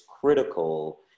critical